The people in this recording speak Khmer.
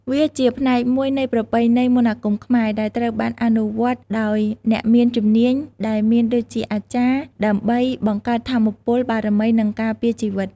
វាជាផ្នែកមួយនៃប្រពៃណីមន្តអាគមខ្មែរ ដែលត្រូវបានអនុវត្តដោយអ្នកមានជំនាញ ដែលមានដូចជា អាចារ្យ ដើម្បីបង្កើតថាមពលបារមី និងការពារជីវិត។